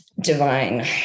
Divine